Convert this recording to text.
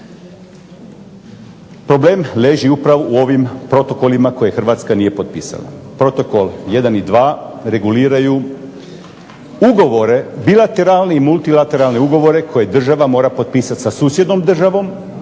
Problem leži upravo u ovim protokolima koje HRvatska nije potpisala. Protokol 1 i 2 reguliraju bilateralne i multilateralne ugovore koje država mora potpisati sa susjednom državom